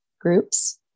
groups